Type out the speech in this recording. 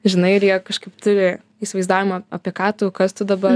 žinai ir jie kažkaip turi įsivaizdavimą apie ką tu kas tu dabar